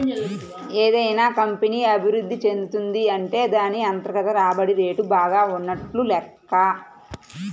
ఏదైనా కంపెనీ అభిరుద్ధి చెందుతున్నది అంటే దాన్ని అంతర్గత రాబడి రేటు బాగా ఉన్నట్లు లెక్క